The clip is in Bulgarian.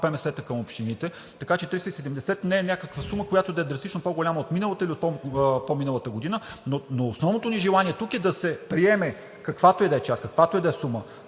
ПМС-та към общините, така че 370 не е някаква сума, която да е драстично по-голяма от миналата или от пό миналата година. Основното ни желание тук е да се приеме каквато и да е част, каквато и да е сума,